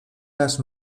las